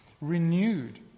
renewed